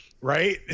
right